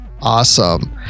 Awesome